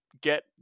get